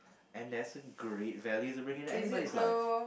and that's a great value to bring to anybody's life